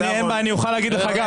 אוכל לומר לך.